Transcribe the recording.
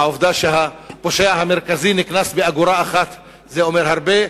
העובדה שהפושע המרכזי נקנס באגורה אחת אומרת הרבה,